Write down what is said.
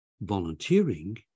volunteering